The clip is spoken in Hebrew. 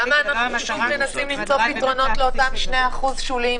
למה אנחנו שוב מנסים למצוא פתרונות לאותם 2% שוליים?